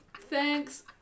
Thanks